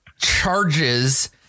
charges